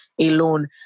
alone